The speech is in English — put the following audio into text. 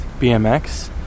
BMX